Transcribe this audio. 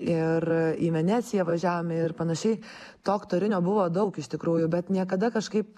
ir į veneciją važiavome ir panašiai to aktorinio buvo daug iš tikrųjų bet niekada kažkaip